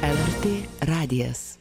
lrt radijas